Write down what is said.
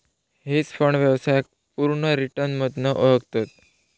hedge fund व्यवसायाक पुर्ण return मधना ओळखतत